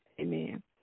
amen